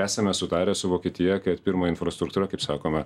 esame sutarę su vokietija kad pirma infrastruktūra kaip sakome